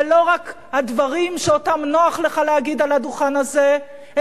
ולא רק הדברים שנוח לך להגיד על הדוכן הזה,